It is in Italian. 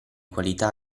qualità